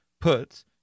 puts